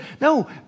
No